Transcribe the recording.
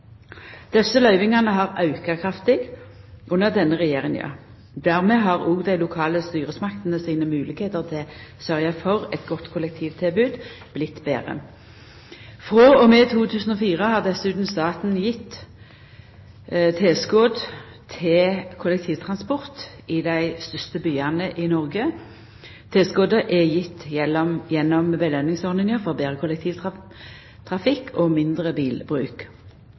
Desse løyvingane har auka kraftig under denne regjeringa. Dermed har òg dei lokale styresmaktene sine moglegheiter til å sørgja for eit godt kollektivtilbod vorte betre. Frå og med 2004 har dessutan staten gjeve tilskott til kollektivtransport i dei største byane i Noreg. Tilskotta er gjevne gjennom påskjønningsordninga for betre kollektivtrafikk og mindre bilbruk.